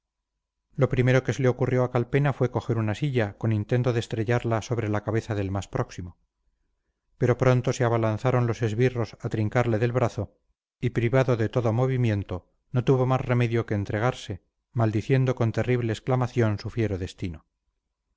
lo primero que se le ocurrió a calpena fue coger una silla con intento de estrellarla sobre la cabeza del más próximo pero pronto se abalanzaron los esbirros a trincarle del brazo y privado de todo movimiento no tuvo más remedio que entregarse maldiciendo con terrible exclamación su fiero destino